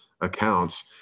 accounts